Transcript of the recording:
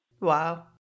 Wow